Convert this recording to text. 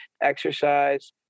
exercise